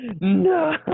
No